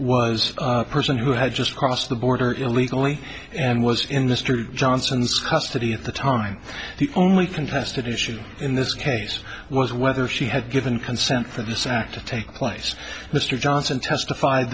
was a person who had just crossed the border illegally and was in the street johnson's custody at the time the only contested issue in this case was whether she had given consent for this act to take place mr johnson testified